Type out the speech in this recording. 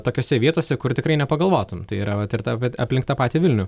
tokiose vietose kur tikrai nepagalvotum tai yra vat ir ta bet aplink tą patį vilnių